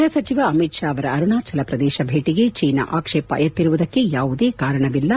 ಗೃಹ ಸಚಿವ ಅಮಿತ್ ಶಾ ಅವರ ಅರುಣಾಚಲ ಪ್ರದೇಶ ಭೇಟಗೆ ಚೀನಾ ಆಕ್ಷೇಪ ಎತ್ತಿರುವುದಕ್ಕೆ ಯಾವುದೇ ಕಾರಣವಿಲ್ಲ